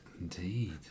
Indeed